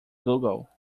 google